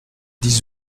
dix